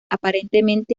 aparentemente